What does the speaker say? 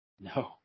No